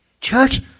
Church